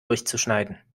durchzuschneiden